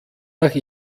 nach